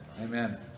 Amen